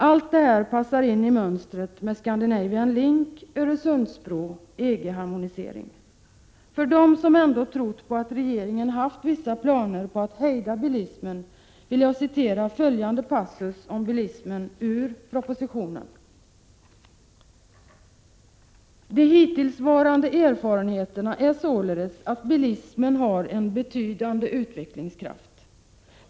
Allt det här passar in i mönstret med Scandinavian Link, Öresundsbro och EG-harmonisering. För dem som ändå har trott på att regeringen har haft vissa planer på att hejda bilismen vill jag läsa upp följande passus om bilismen ur propositionen: De red erfarenheterna är således att bilismen har en betydande utvecklingskfaft.